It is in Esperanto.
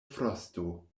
frosto